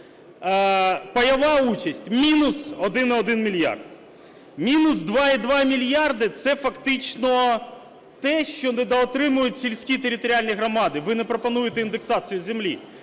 Пайова участь – мінус 1,1 мільярд. Мінус 2,2 мільярда – це фактично те, що недоотримують сільські територіальні громади. Ви не пропонуєте індексацію землі,